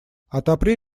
отопри